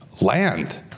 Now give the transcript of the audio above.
land